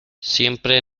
siempre